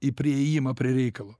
į priėjimą prie reikalo